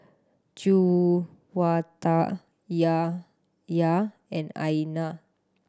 Juwita Yahya and Aina